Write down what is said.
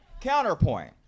counterpoint